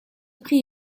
prix